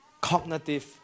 cognitive